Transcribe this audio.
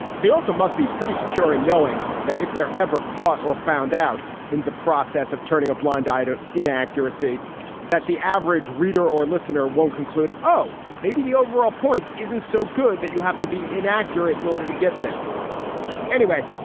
they also must be pretty secure in knowing that if they're ever caught or found out in the process of turning a blind eye to inaccuracy that the average reader or listener won't conclude. oh, maybe the overall point isn't so good that you have to be inaccurate in order to get there anyway.